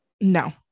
No